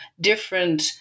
different